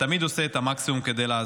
ותמיד עושה את המקסימום כדי לעזור.